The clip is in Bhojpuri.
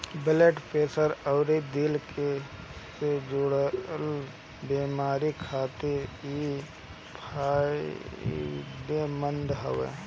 ब्लड प्रेशर अउरी दिल से जुड़ल बेमारी खातिर इ फायदेमंद हवे